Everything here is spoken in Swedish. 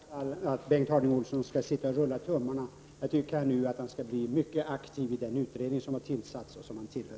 Fru talman! Jag tycker inte alls att Bengt Harding Olson skall sitta och rulla tummarna. Jag tycker att han skall bli mycket aktiv i den utredning som har tillsatts och som han tillhör.